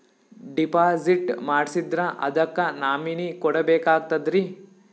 Deposit ಮಾಡ್ಸಿದ್ರ ಅದಕ್ಕ nominee ಕೊಡಬೇಕಾಗ್ತದ್ರಿ?